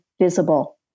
visible